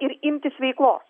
ir imtis veikos